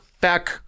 back